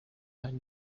hari